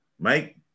Mike